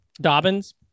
Dobbins